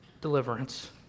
deliverance